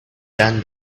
done